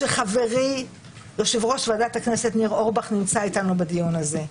שחברי יושב-ראש ועדת הכנסת ניר אורבך נמצא אתנו בדיון הזה.